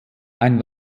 ein